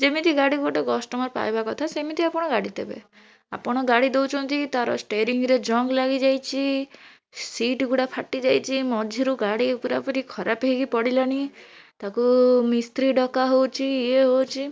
ଯେମିତି ଗାଡ଼ି ଗୋଟେ ପାଇବା କଥା କଷ୍ଟମର୍ ସେମିତି ଗାଡ଼ି ଦେବେ ଆପଣ ଗାଡ଼ି ଦେଉଛନ୍ତି ତା'ର ଷ୍ଟେରିଂରେ ଜଙ୍ଗ ଲାଗିଯାଇଛି ସିଟ୍ଗୁଡ଼ା ଫାଟିଯାଇଛି ମଝିରୁ ଗାଡ଼ି ପୁରାପୁରି ଖରାପ ହେଇକି ପଡ଼ିଲାଣି ତାକୁ ମିସ୍ତ୍ରୀ ଡ଼କା ହେଉଛି ଇଏ ହେଉଛି